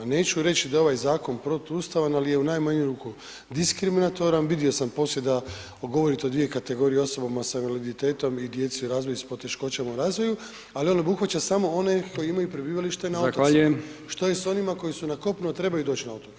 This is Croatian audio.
Neću reći da je ovaj zakon protuustavan, ali je u najmanju ruku diskriminatoran, vidio sam poslije da govorite o dvije kategorije, o osobama s invaliditetom i djeci u razvoju s poteškoćama u razvoju, ali on obuhvaća samo one koji imaju prebivalište na otocima [[Upadica: Zahvaljujem.]] što s onima koji su na kopnu, a trebaju doći na otoke.